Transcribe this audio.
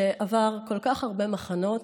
שעבר כל כך הרבה מחנות,